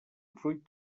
fruit